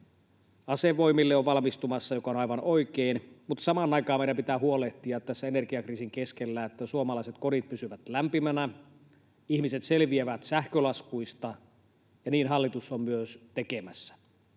asevoimille on valmistumassa, mikä on aivan oikein — mutta samaan aikaan meidän pitää huolehtia tässä energiakriisin keskellä, että suomalaiset kodit pysyvät lämpimänä, ihmiset selviävät sähkölaskuista, ja niin hallitus on myös tekemässä.